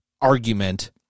argument